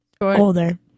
Older